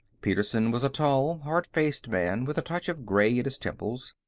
petersen was a tall, hard-faced man with a touch of gray at his temples.